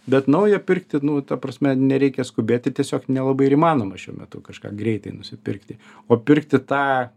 bet naują pirkti nu ta prasme nereikia skubėti ir tiesiog nelabai ir įmanoma šiuo metu kažką greitai nusipirkti o pirkti tą